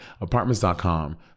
Apartments.com